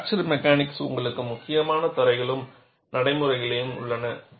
fracture mechanics உங்களுக்கு முக்கியமான தரங்களும் நடைமுறைகளும் உள்ளன